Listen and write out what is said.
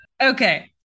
Okay